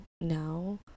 now